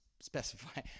specify